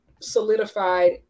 solidified